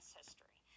history